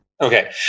Okay